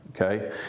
Okay